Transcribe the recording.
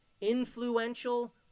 influential